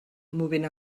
movent